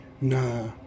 nah